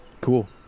Cool